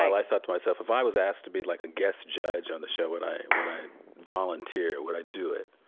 i thought to myself if i was asked to be like a guest judge on the show would i would i volunteer would i do it?